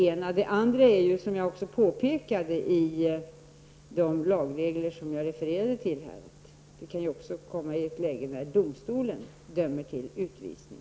För det andra kan det, som jag påpekade när jag refererade till de lagregler som gäller, uppstå ett läge där domstolen dömer till utvisning.